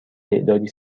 تعدادی